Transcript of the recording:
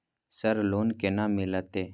Sir loan केना मिलते?